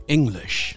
English